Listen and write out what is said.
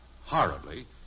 horribly